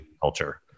culture